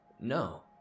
No